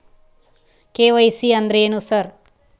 KYC ಅಂದ್ರೇನು sir?